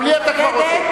גם לי אתה כבר עוזר.